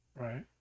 Right